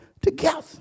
together